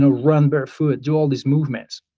ah run barefoot, do all these movements.